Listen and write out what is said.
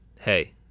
Hey